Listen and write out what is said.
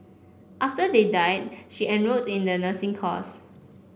after they died she enrolled in the nursing course